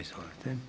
Izvolite.